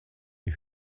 est